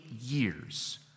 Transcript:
years